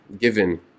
given